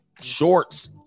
shorts